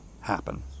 happen